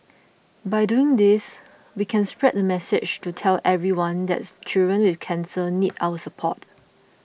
by doing this we can spread the message to tell everyone that children with cancer need our support